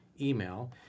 email